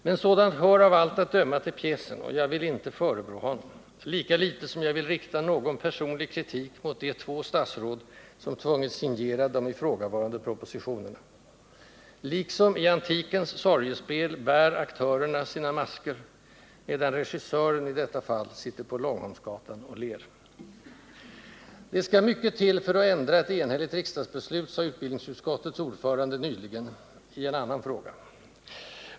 Men sådant hör av allt att döma till pjäsen, och jag vill inte förebrå honom, lika litet som jag vill rikta någon personlig kritik mot de två statsråd som tvungits signera de ifrågavarande propositionerna. Liksom i antikens sorgespel bär aktörerna sina masker, medan regissören i detta fall sitter på Långholmsgatan och ler. ”Det skall mycket till för att ändra ett enhälligt riksdagsbeslut”, sade utbildningsutskottets ordförande nyligen —i en annan fråga.